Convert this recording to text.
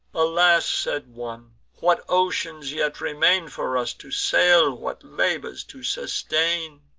alas! said one, what oceans yet remain for us to sail! what labors to sustain!